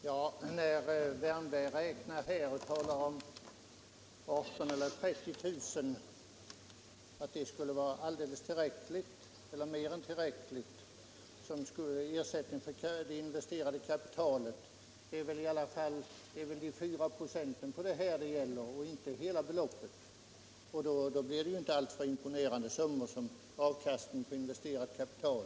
Herr talman! Herr Wärnberg talar om 18 000 eller 30 000 kr. och menar att det skulle vara mer än tillräckligt som avkastning på det investerade kapitalet. Det är väl i alla fall 4 96 på det beloppet som det gäller" och inte hela beloppet. Då blir det inte alltför imponerande summor som avkastning på investerat kapital.